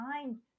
time